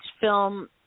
film